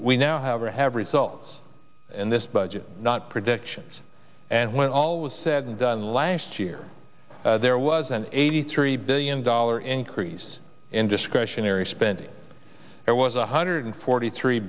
we now have or have results in this budget not predictions and when all was said and done last year there was an eighty three billion dollar increase in discretionary spending there was one hundred forty three